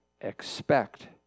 expect